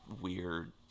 weird